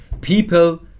people